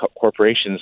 corporations